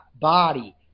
Body